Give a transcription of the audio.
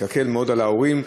היא תקל מאוד על ההורים,